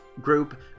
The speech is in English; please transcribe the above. group